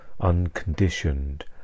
unconditioned